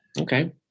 Okay